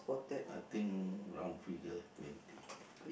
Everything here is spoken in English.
I think wrong figure twenty